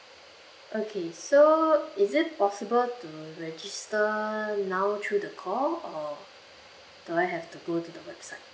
okay so is it possible to register now through the call or do I have to go to the website